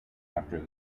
after